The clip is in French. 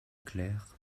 clair